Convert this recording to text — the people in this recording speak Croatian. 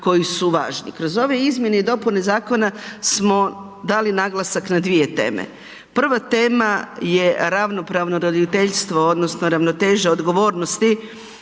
koji su važni. Kroz ove izmjene i dopune zakona smo dali naglasak na dvije teme. Prva tema je ravnopravno roditeljstvo odnosno ravnoteža odgovornosti